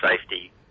safety